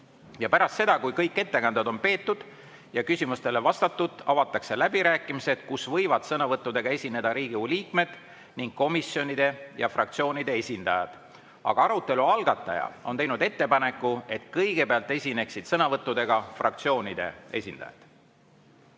Pärast seda, kui kõik ettekanded on peetud ja küsimustele vastatud, avatakse läbirääkimised, kus võivad sõnavõttudega esineda Riigikogu liikmed ning komisjonide ja fraktsioonide esindajad. Aga arutelu algataja on teinud ettepaneku, et kõigepealt esineksid sõnavõttudega fraktsioonide esindajad.